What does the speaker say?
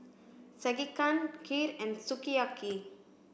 Sekihan Kheer and Sukiyaki